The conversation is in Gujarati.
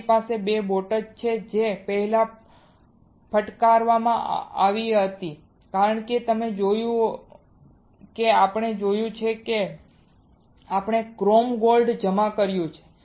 મારી પાસે 2 બોટ છે જે પહેલા ફટકારવામાં આવી હતી કારણ કે તમે જોયું કે આપણે જોયું છે કે આપણે ક્રોમ ગોલ્ડ જમા કર્યું છે